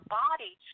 body